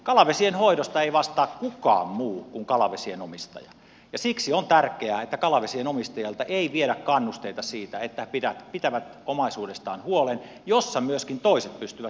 kalavesien hoidosta ei vastaa kukaan muu kuin kalavesien omistaja ja siksi on tärkeää että kalavesien omistajilta ei viedä kannusteita siitä että he pitävät huolen omaisuudestaan missä myöskin toiset pystyvät kalastamaan